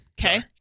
Okay